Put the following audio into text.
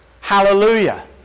Hallelujah